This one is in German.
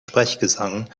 sprechgesang